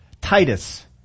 Titus